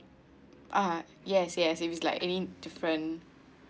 uh yes yes if it's like any different